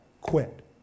quit